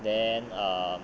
then um